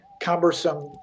cumbersome